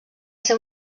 ser